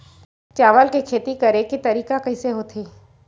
चावल के खेती करेके तरीका कइसे होथे?